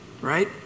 right